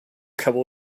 couple